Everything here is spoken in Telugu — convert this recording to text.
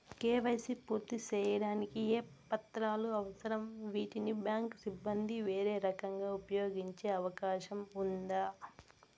కే.వై.సి పూర్తి సేయడానికి ఏ పత్రాలు అవసరం, వీటిని బ్యాంకు సిబ్బంది వేరే రకంగా ఉపయోగించే అవకాశం ఉందా?